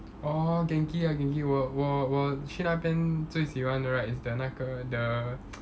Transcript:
orh Genki ah Genki 我我我去那边最喜欢的 right is the 那个 the